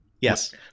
Yes